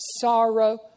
sorrow